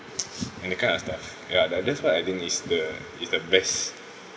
and that kind of stuff ya that that's what I think it's the it's the best